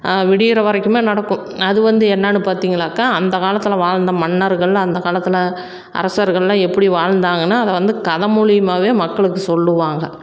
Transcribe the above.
விடிகிற வரைக்குமே நடக்கும் அது வந்து என்னன்னு பார்த்திங்கனாக்கா அந்த காலத்தில் வாழ்ந்த மன்னர்கள் அந்த காலத்தில் அரசர்கள்லாம் எப்படி வாழ்ந்தாங்கன்னு அதை வந்து கதை மூலயமாவே மக்களுக்கு சொல்லுவாங்க